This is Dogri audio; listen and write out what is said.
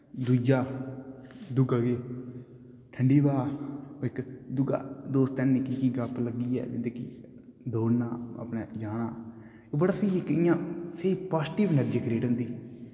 दूआ ठंडी हवा इक दुआ दोस्तें नै निक्की निक्की गप्प लग्गी जंदी दौड़ना अपने जाना बड़ा स्हेई इ'यां पाजिटिव इनर्जी करिएट होंदी